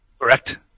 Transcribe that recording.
Correct